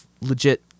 legit